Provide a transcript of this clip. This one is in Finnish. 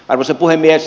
arvoisa puhemies